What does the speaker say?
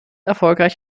erfolgreich